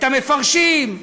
את המפרשים,